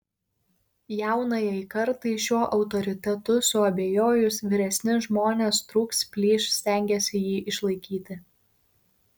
jaunajai kartai šiuo autoritetu suabejojus vyresni žmonės trūks plyš stengiasi jį išlaikyti